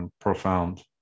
Profound